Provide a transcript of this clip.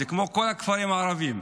זה כמו כל הכפרים הערבים.